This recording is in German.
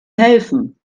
helfen